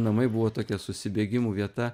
namai buvo tokia susibėgimų vieta